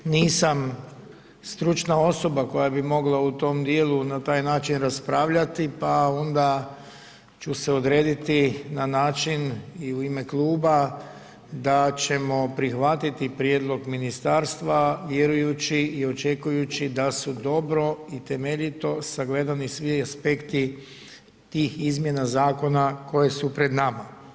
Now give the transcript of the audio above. Nisam stručna osoba koja bi mogla u tom dijelu na taj način raspravljati pa onda ću se odrediti na način i u ime kluba da ćemo prihvatiti prijedlog ministarstva vjerujući i očekujući da su dobro i temeljito sagledani svi aspekti tih izmjena zakona koje su pred nama.